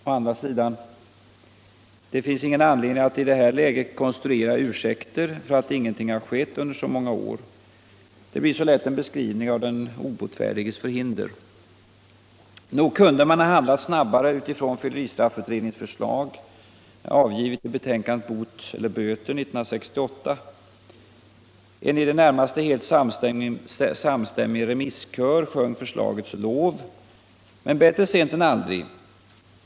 Å andra sidan: Det finns ingen anledning att i det här läget konstruera ursäkter för att ingenting har skett under så många år. Det blir så lätt en beskrivning av den obotfärdiges förhinder. Nog kunde man ha handlat snabbare utifrån fylleristraffutredningens förslag, avgivet i betänkandet Bot eller böter 1968. En i det närmaste helt samstämmig remisskör sjöng förslagets lov. Men bättre sent än aldrig.